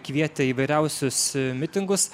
kvietė įvairiausius mitingus